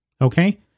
Okay